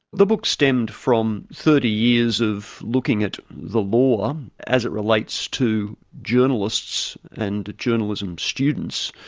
the book stemmed from thirty years of looking at the law, as it relates to journalists and journalism students,